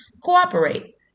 cooperate